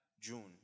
June